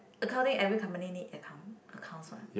accounting every company need account accounts what